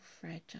fragile